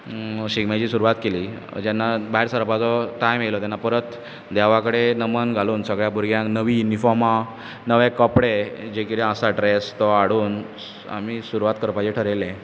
शिगम्याची सुरवात केली जेन्ना भायर सरपाचो टाय्म एयलो तेन्ना परत देवा कडेन नमन घालून सगळ्या भुरग्यांक नवी युनिफोर्मां नवे कपडे जे कितें आसा ड्रॅस तो हाडून आमी सुरवात करपाचें थारायलें